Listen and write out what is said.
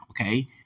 Okay